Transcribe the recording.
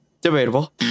Debatable